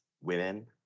women